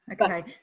Okay